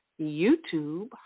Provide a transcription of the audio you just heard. YouTube